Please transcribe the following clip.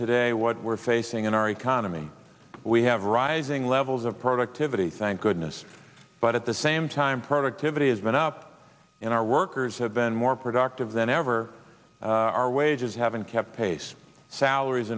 today what we're facing in our economy we have rising levels of productivity thank goodness but at the same time productivity is going up in our workers have been more productive than ever our wages haven't kept pace salaries